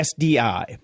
SDI